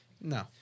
No